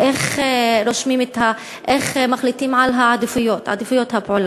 3. איך מחליטים על העדיפויות, עדיפויות הפעולה?